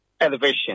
elevation